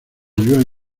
yuan